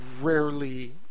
rarely